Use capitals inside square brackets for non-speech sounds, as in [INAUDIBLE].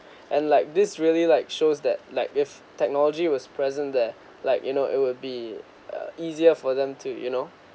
[BREATH] and like this really like shows that like with technology was present there like you know it will be uh easier for them to you know